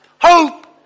hope